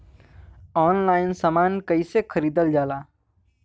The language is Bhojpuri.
ऑनलाइन समान कैसे खरीदल जाला?